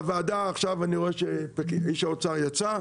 אני רואה שהאוצר יצא עכשיו.